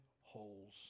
holes